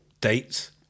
dates